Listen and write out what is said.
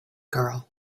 girl